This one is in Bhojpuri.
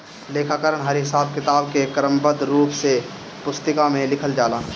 लेखाकरण हर हिसाब किताब के क्रमबद्ध रूप से पुस्तिका में लिखल जाला